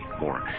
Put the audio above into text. more